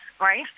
right